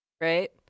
right